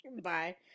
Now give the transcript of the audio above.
bye